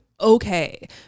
okay